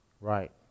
Right